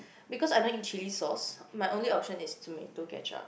because I don't eat chilli sauce my only option is tomato ketchup